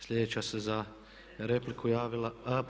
Sljedeća će se za repliku javila.